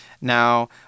Now